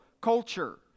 culture